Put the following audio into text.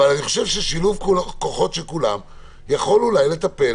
אבל אני חושב ששילוב כוחות של כולם יכול אולי לטפל